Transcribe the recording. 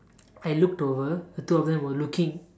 I looked over the two of them were looking